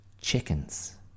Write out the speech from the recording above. chickens